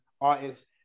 artists